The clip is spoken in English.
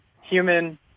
human